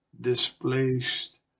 displaced